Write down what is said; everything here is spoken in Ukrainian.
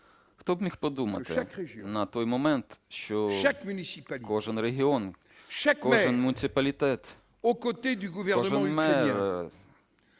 Хто б міг подумати на той момент, що кожен регіон, кожен муніципалітет, кожен мер